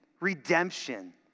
redemption